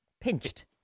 pinched